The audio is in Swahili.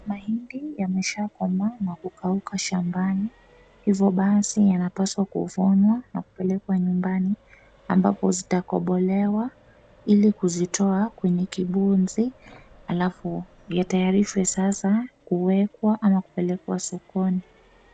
Mahindi yameshakomaa na kukakuka shambani hivyo basi yanapaswa kuvunwa na kupelekwa nyumbani ambapo zitakombolewa ili kuzitoa mwenye kibunzi na yatayarishwe sasa kuwekwa ama kupelekwa sokoni.